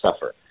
suffer